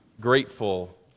grateful